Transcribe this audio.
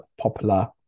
popular